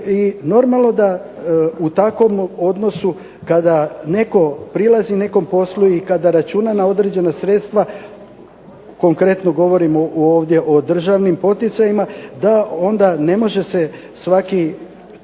normalno da u takvom odnosu kada netko prilazi nekom poslu i kada računa na određena sredstva, konkretno govorimo ovdje o državnim poticajima, da onda ne može se svakih